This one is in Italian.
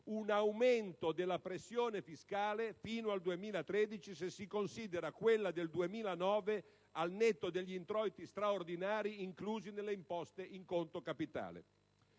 un aumento della pressione fiscale fino al 2013, se si considera quella del 2009 al netto degli introiti straordinari inclusi nelle imposte in conto capitale.